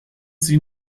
sie